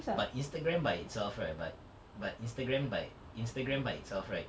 but Instagram by itself right but but Instagram by Instagram by itself right